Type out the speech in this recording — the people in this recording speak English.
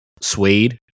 suede